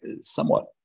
somewhat